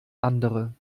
andere